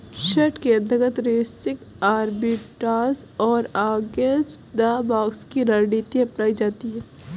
short के अंतर्गत racing arbitrage और अगेंस्ट द बॉक्स की रणनीति अपनाई जाती है